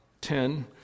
ten